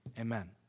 Amen